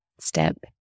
step